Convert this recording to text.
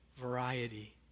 variety